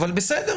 אבל בסדר,